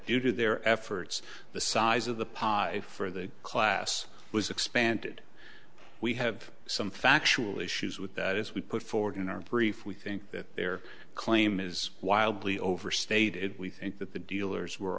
due to their efforts the size of the pie for the class was expanded we have some factual issues with that as we put forward in our brief we think that their claim is wildly overstated we think that the dealers were